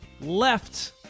left